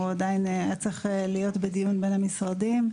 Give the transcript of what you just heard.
היה צריך להיות בדיון בין המשרדים.